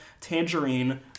tangerine